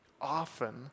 often